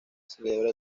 celebra